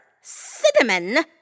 cinnamon